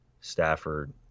Stafford